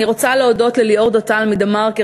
אני רוצה להודות לליאור דותן מ"דה-מרקר",